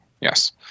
Yes